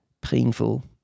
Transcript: painful